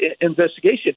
investigation